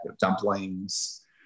dumplings